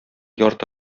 ярты